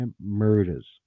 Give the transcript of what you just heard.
murders